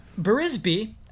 Brisby